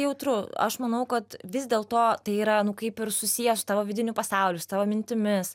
jautru aš manau kad vis dėlto tai yra nu kaip ir susiję su tavo vidiniu pasauliu su tavo mintimis